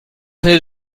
venait